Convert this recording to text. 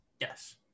yes